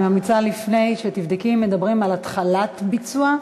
אני ממליצה לפני כן שתבדקי אם מדברים על התחלת ביצוע.